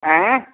ऐँ